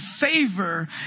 favor